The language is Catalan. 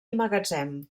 magatzem